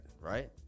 right